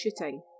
shooting